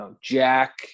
Jack